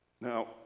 Now